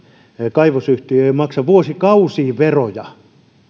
kaivosyhtiö ei maksa vuosikausiin veroja